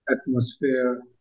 atmosphere